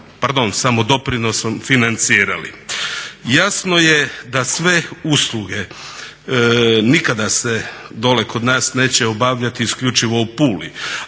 pardon samodoprinosom financirali. Jasno je da sve usluge nikada se dole kod nas neće obavljati isključivo u Puli